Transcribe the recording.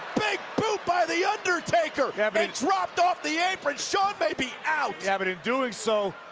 big boot by the undertaker and dropped off the apron, shawn may be out! yeah, but in doing so,